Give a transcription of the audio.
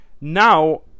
now